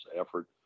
effort